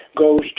goes